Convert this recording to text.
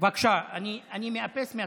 אני מאפס מההתחלה.